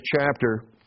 chapter